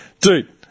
dude